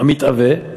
המתהווה,